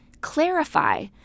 clarify